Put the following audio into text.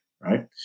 right